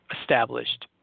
established